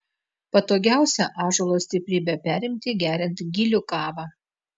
patogiausia ąžuolo stiprybę perimti geriant gilių kavą